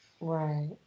Right